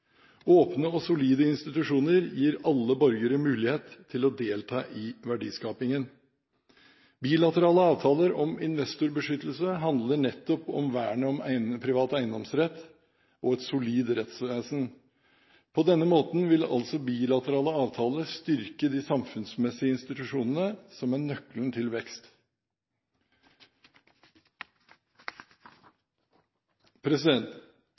Åpne og solide institusjoner gir alle borgere mulighet til å delta i verdiskapingen. Bilaterale avtaler om investorbeskyttelse handler nettopp om vernet om den private eiendomsretten og et solid rettsvesen. På denne måten vil bilaterale avtaler styrke de samfunnsmessige institusjonene, som er nøkkelen til